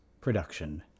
production